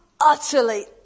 utterly